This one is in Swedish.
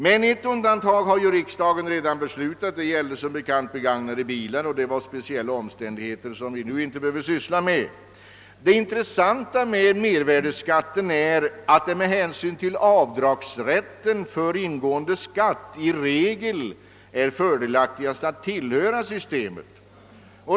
Men ett undantag har riksdagen redan beslutat om. Det gäller som bekant begagnade bilar, men där förelåg speciella omständigheter med vilka vi nu inte behöver syssla. Det intressanta med mervärdeskatten är att det med hänsyn till avdragsrätten för ingående skatt i regel är fördelaktigast att tillhöra systemet.